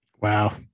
Wow